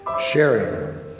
sharing